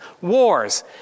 wars